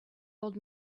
old